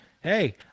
hey